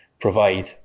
Provide